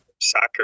soccer